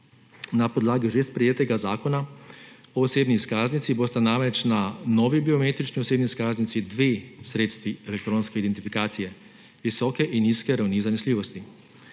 Na podlagi že sprejetega Zakona o osebni izkaznici bosta namreč na novi biometrični osebni izkaznici dve sredstvi elektronske identifikacije visoke in nizke ravni zanesljivosti.